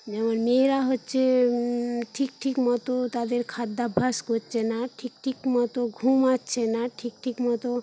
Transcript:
যেমন মেয়েরা হচ্ছে ঠিক ঠিক মতো তাদের খাদ্যাভাস করছে না ঠিক ঠিকমতো ঘুমাচ্ছে না ঠিক ঠিক মতো